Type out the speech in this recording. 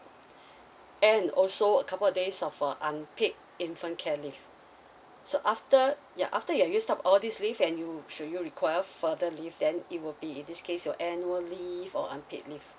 and also a couple of days of uh unpaid infant care leave so after ya after you have used up all these leave and you should you require further leave then it will be in this case your annual leave or unpaid leave